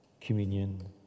communion